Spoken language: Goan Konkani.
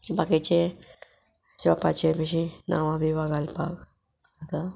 बाकीचे शॉपाचे बशी नांवां बिवा घालपाक आतां